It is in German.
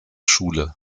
schule